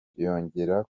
yongera